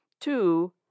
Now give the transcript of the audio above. Two